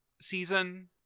season